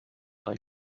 drei